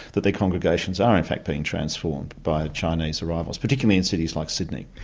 that their congregations are in fact being transformed by chinese arrivals, particularly in cities like sydney.